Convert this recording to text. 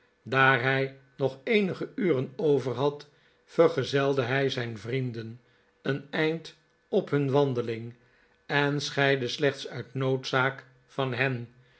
daar hij nog eenige uren overhad vergezelde hij zijn vrienden een eind op hun wandeling en scheidde slechts uit noodzaak van hen